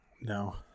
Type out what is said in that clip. No